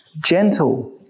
gentle